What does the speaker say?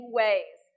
ways